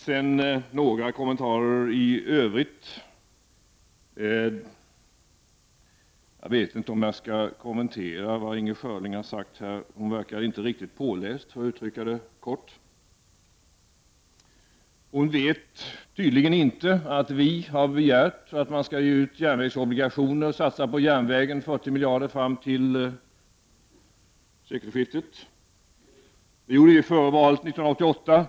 Låt mig så göra några kommentarer i övrigt. Egentligen vet jag inte om jag skall kommentera vad Inger Schörling här har sagt. Hon förefaller inte vara riktigt påläst. Hon vet tydligen inte att vi har begärt att järnvägsobligationer skall ges ut och att man skall satsa 40 miljarder kronor på järnvägen fram till sekelskiftet. Det begärde vi före valet 1988.